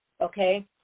okay